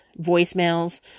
voicemails